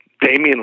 Damian